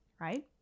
right